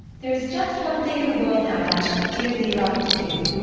there is just one thing in the world now that i should dearly love to do.